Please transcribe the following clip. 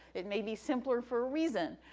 it may be simpler for a reason.